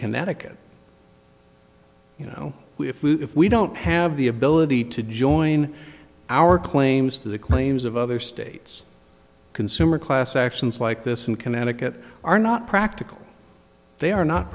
connecticut you know we if we if we don't have the ability to join our claims to the claims of other states consumer class actions like this in connecticut are not practical they are not